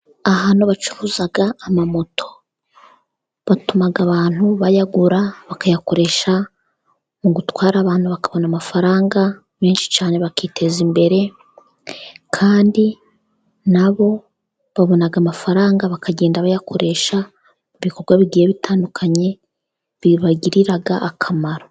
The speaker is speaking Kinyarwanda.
Ahantu bacuruza amamoto, batuma abantu bayagura bakayakoresha mu gutwara abantu, bakabona amafaranga menshi cyane bakiteza imbere, kandi nabo babona amafaranga bakagenda bayakoresha mu bikorwa bigiye bitandukanye bibagirira akamaro.